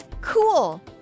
Cool